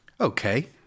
Okay